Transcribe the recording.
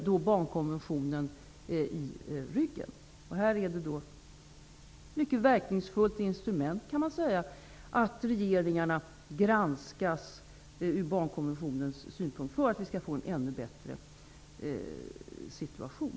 Det är ett mycket verkningsfullt instrument att regeringar granskas ur barnkonventionens synvinkel, för att få en ännu bättre situation.